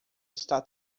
está